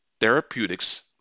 therapeutics